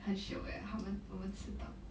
很 shiok eh 他们我们吃到